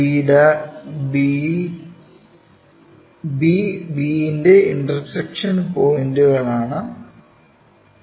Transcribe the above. b b ന്റെ intersection പോയിന്റുകളാണ് ഇവ